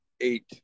eight